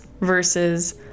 versus